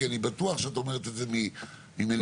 כי אני בטוח שאת אומרת את זה ממניעים הכי טהורים.